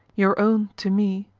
your own to me,